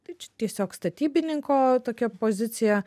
tai čia tiesiog statybininko tokia pozicija